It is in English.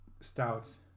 stouts